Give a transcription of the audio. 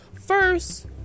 First